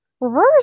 Reverse